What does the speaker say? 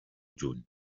juny